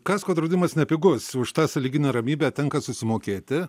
kasko draudimas nepigus už tą sąlyginę ramybę tenka susimokėti